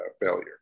failure